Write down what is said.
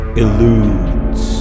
eludes